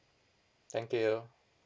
thank you